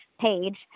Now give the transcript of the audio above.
page